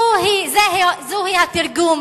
זה התרגום